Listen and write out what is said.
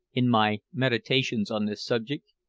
in my meditations on this subject,